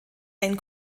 ein